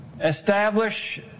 establish